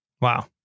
Wow